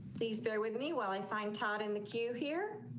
please bear with me while i find todd in the queue here.